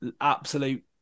Absolute